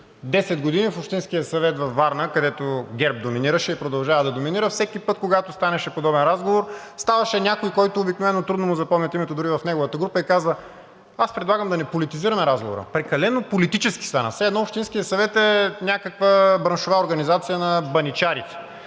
години в Общинския съвет във Варна, където ГЕРБ доминираше и продължава да доминира, всеки път, когато станеше подобен разговор, ставаше някой, на когото обикновено трудно му запомнят името дори и в неговата група, и казва: аз предлагам да не политизираме разговора. Прекалено политически стана. Все едно Общинският съвет е някаква браншова организация на баничарите.